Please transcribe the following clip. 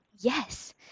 yes